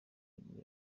nibwo